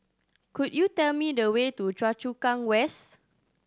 could you tell me the way to Choa Chu Kang West